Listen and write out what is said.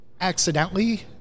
accidentally –